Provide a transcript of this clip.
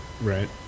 right